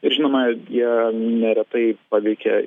ir žinoma jie neretai paveikia